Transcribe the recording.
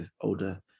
older